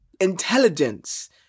intelligence